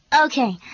Okay